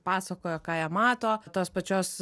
pasakojo ką jie mato tos pačios